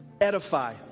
Edify